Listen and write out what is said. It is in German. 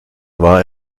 war